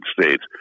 States